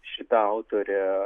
šita autorė